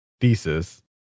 thesis